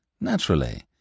Naturally